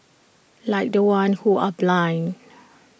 like the ones who are blind